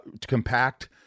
compact